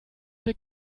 der